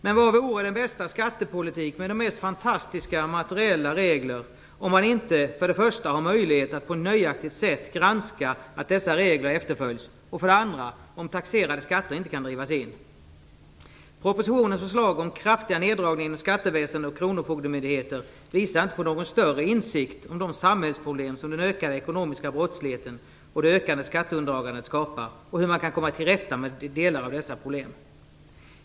Men vad vore den bästa skattepolitik med de mest fantastiska materiella regler om för det första man inte har möjligheter att på ett nöjaktigt sätt granska att dess regler efterföljs och för det andra taxerade skatter inte kan drivas in. Propositionens förslag om kraftiga neddragningar inom skatteväsende och kronofogdemyndigheter visar inte på någon större insikt om de samhällsproblem som den ökade ekonomiska brottsligheten och det ökande skatteundandragandet skapar och hur man kan komma till rätta med dessa problem.